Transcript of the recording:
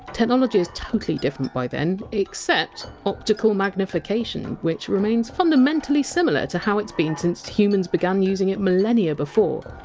technology is totally different by then except optical magnification, which remains fundamentally similar to how it has been since humans began using it millennia before.